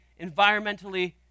environmentally